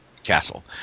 castle